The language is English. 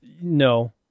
No